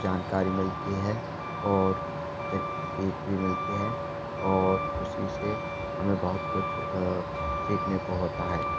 जानकारी मिलती है और सिख सीख भी मिलती है और उस इससे हमें बहुत कुछ सीखने को होता है